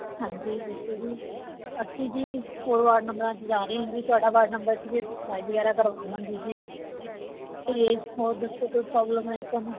ਹਾਂਜੀ ਦੱਸੋ ਜੀ ਅਸੀਂ ਜੀ ਹੋਰ ਵਾਰਡ ਨੰਬਰਾਂ 'ਚ ਜਾ ਰਹੇ ਹਾਂ ਜੀ ਤੁਹਾਡਾ ਵਾਰਡ ਨੰਬਰ 'ਚ ਵੀ ਅਸੀਂ ਸਫਾਈ ਵਗੈਰਾ ਕਰਵਾਵਾਂਗੇ ਜੀ ਅਤੇ ਹੋਰ ਦੱਸੋ ਕੋਈ ਪ੍ਰੋਬਲਮ ਆ ਜੀ ਤੁਹਾਨੂੰ